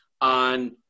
on